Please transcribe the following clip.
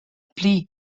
pli